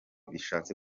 bishatse